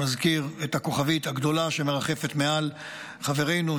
אני מזכיר את הכוכבית הגדולה שמרחפת מעל חברינו,